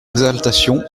exaltation